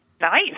Nice